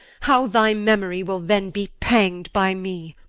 how thy memory will then be pang'd by me.